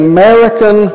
American